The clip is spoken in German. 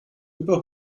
über